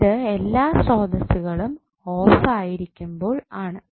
ഇത് എല്ലാ സ്വതന്ത്ര സ്രോതസ്സുകളും ഓഫ് ആയിരിക്കുമ്പോൾ ആണ്